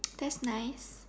that's nice